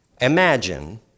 Imagine